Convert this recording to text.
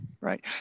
right